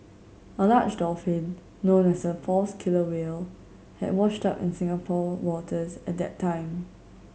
a large dolphin known as a false killer whale had washed up in Singapore waters at that time